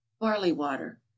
barley-water